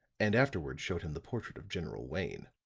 and afterward showed him the portrait of general wayne.